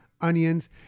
onions